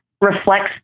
reflects